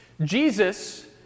Jesus